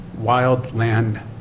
wildland